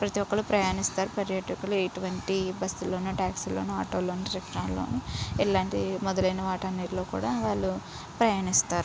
ప్రతి ఒకళ్ళు ప్రయాణిస్తారు పర్యాటకులు ఇటువంటి బస్సులోను ట్యాక్సీలోను ఆటోల్లోను రిక్షాల్లోనూ ఇలాంటి మొదలైన వాటి అన్నింటిలో కూడా వాళ్ళు ప్రయాణిస్తారు